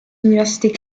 universités